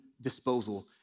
disposal